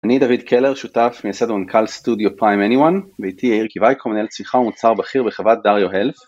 אני דוד קלר, שותף מייסד ומנכ"ל סטודיו פריים אניואן, ואיתי יאיר קיווייקו, מנהל צריכה ומוצר בכיר בחברת דאריו הלף.